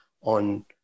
on